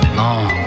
long